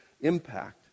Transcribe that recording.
impact